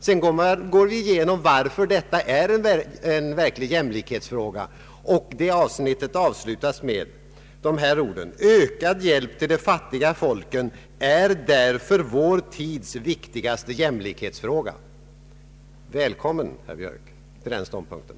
Vi går igenom varför detta verkligen är en jämlikhetsfråga, och avsnittet avslutas med följande ord: ”Ökad hjälp till de fattiga folken är därför vår tids viktigaste jämlikhetsfråga.” Välkommen, herr Björk, till den ståndpunkten!